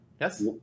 Yes